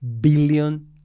billion